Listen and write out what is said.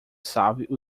salve